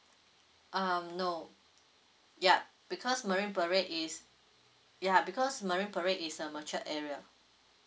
um no ya because marine parade is ya because marine parade is a matured area